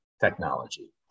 technology